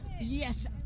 Yes